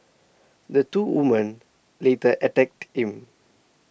the two women later attacked him